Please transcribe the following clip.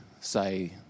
say